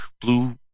blue